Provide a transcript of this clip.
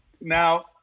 Now